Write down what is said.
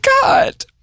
god